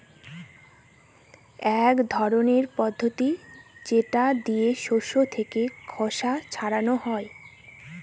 এক ধরনের পদ্ধতি যেটা দিয়ে শস্য থেকে খোসা ছাড়ানো হয়